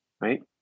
right